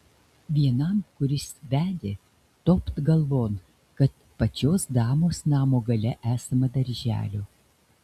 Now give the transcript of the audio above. vienam kuris vedė topt galvon kad pačios damos namo gale esama darželio